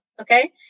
okay